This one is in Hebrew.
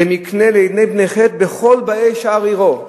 "למקנה לעיני בני חת בכל באי שער עירו",